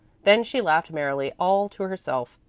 then she laughed merrily all to herself.